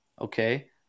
okay